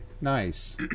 Nice